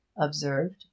observed